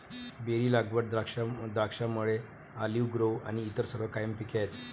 berry लागवड, द्राक्षमळे, olive grove आणि इतर सर्व कायम पिके आहेत